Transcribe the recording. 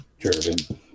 Jervin